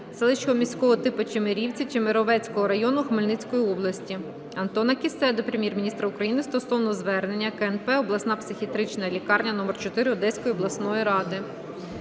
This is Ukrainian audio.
селища міського типу Чемерівці Чемеровецького району Хмельницької області. Антона Кіссе до Прем'єр-міністра України стосовно звернення КНП "Обласна психіатрична лікарня №4" Одеської обласної ради".